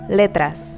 letras